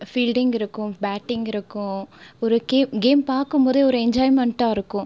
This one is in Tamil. ஃபீல்டிங் இருக்கும் பேட்டிங் இருக்கும் ஒரு கேம் கேம் பார்க்கும் போதே ஒரு என்ஜாய்மெண்ட்டாக இருக்கும்